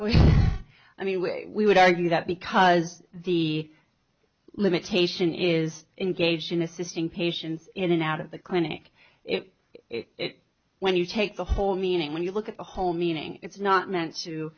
mean we would argue that because the limitation is engaged in assisting patients in and out of the clinic it it when you take the whole meaning when you look at the whole meaning it's not meant to